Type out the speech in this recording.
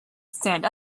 stand